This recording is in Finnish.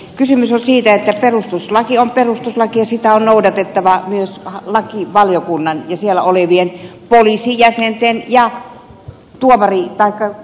kysymys on siitä että perustuslaki on perustuslaki ja sitä on noudatettava myös lakivaliokunnan ja siellä olevien poliisijäsenten ja juristijäsenten